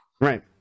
right